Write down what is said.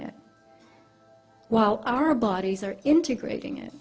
it while our bodies are integrating it